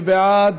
מי בעד?